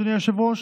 אדוני היושב-ראש,